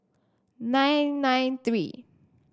nine nine three